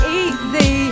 easy